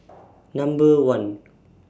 Number one